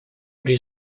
при